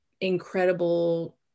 incredible